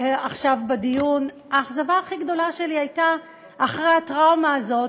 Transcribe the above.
עכשיו בדיון האכזבה הכי גדולה שלי הייתה אחרי הטראומה הזאת,